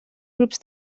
grups